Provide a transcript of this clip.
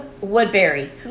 Woodbury